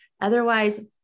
Otherwise